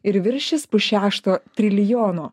ir viršys pusšešto trilijono